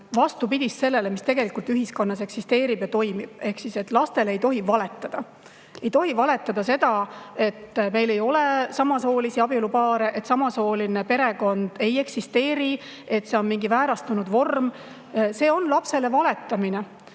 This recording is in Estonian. vastupidist sellele, mis tegelikult ühiskonnas eksisteerib ja toimub. Lastele ei tohi valetada. Ei tohi valetada, et meil ei ole samasoolisi abielupaare, et samasooline perekond ei eksisteeri, et see on mingi väärastunud vorm. See on lapsele valetamine,